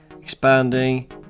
expanding